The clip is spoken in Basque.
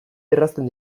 erratzen